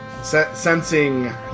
Sensing